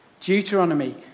Deuteronomy